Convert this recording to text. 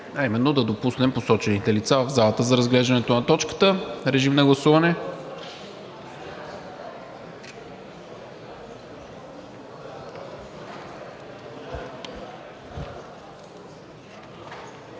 а именно да допуснем посочените лица в залата за разглеждането на точката. Гласували